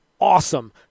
awesome